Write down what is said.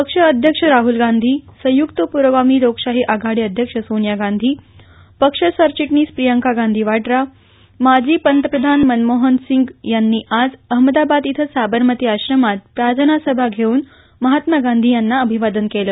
पक्ष अध्यक्ष राहुल गांधी संयुक्त पुरोगामी लोकशाही आघाडी अध्यक्ष सोनिया गांधी पक्ष सरचिटणीस प्रियांका गांधी वाड़ा माजी पंतप्रधान मनमोहन सिंग यांनी आज अहमदाबाद इथं साबरमती आश्रमात प्रार्थना सभा घेऊन महात्मा गांधी यांना अभिवादन केलं